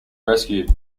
rescued